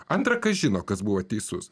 antrakas žino kas buvo teisus